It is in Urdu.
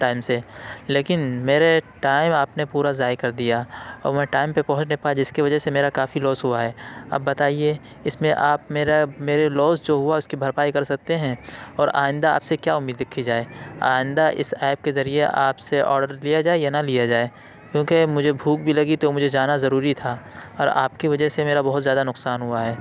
ٹائم سے لیکن میرے ٹائم آپ نے پورا ضائع کر دیا اور میں ٹائم پہ پہنچ نہیں پایا جس کی وجہ سے میرا کافی لاس ہوا ہے اب بتائیے اس میں آپ میرا میرے لاس جو ہوا ہے اس کی بھرپائی کر سکتے ہیں اور آئندہ آپ سے کیا امید رکھی جائے آئندہ اس ایپ کے ذریعے آپ سے آڈر لیا جائے یا نہ لیا جائے کیوں کہ مجھے بھوک بھی لگی تو اور مجھے جانا ضروری تھا اور آپ کی وجہ سے میرا بہت زیادہ نقصان ہوا ہے